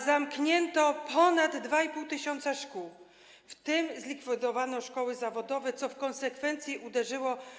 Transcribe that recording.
Zamknięto ponad 2,5 tys. szkół, w tym zlikwidowano szkoły zawodowe, co w konsekwencji uderzyło.